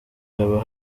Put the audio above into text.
haba